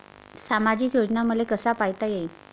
सामाजिक योजना मले कसा पायता येईन?